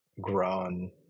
grown